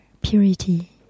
purity